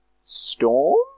Storm